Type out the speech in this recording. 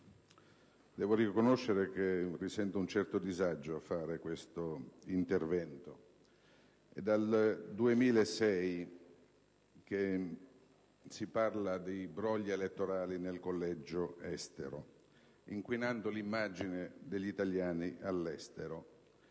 devo riconoscere che sento un certo disagio a svolgere questo intervento. È dal 2006 che si parla dei brogli elettorali nella circoscrizione Estero, inquinando l'immagine degli italiani all'estero,